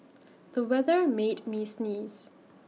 the weather made me sneeze